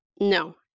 No